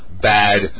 bad